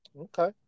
Okay